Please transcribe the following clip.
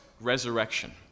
resurrection